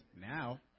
Now